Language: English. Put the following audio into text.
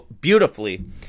beautifully